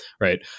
right